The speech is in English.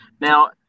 Now